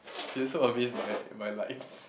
you're so amazed by by light